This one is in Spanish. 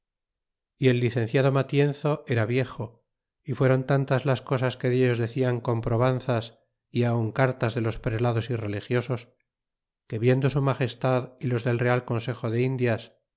y el licenciado matienzo era viejo y fueron tantas las cosas que delios decian con probanzas y aun cartas de los prelados y religiosos que viendo su magestad y los del real consejo de indias